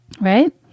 right